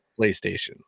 PlayStation